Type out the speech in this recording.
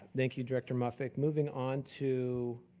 thank you, director muffick. moving on to